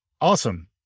Awesome